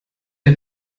der